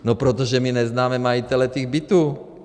No protože my neznáme majitele těch bytů.